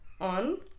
on